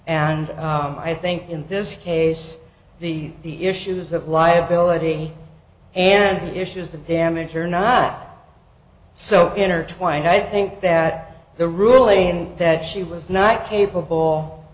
and i think in this case the the issues of liability and issues the damage are not so intertwined i think that the ruling that she was not capable